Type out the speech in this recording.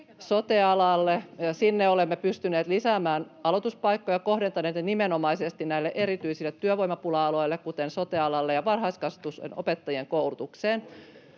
sote-alaan, sinne olemme pystyneet lisäämään aloituspaikkoja, kohdentaneet ne nimenomaisesti näille erityisille työvoimapula-aloille, kuten sote-alalle ja varhaiskasvatuksen opettajien koulutukseen.